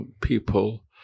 people